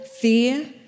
fear